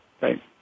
Right